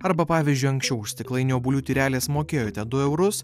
arba pavyzdžiui anksčiau už stiklainio obuolių tyrelės mokėjote du eurus